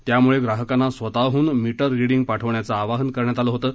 त्यामुळं ग्राहकांना स्वतःहून मीटर रिडींग पाठविण्याचं आवाहन करण्यात आलं होतं